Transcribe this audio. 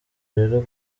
rero